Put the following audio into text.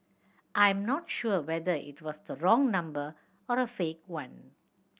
I'm not sure whether it was the wrong number or a fake one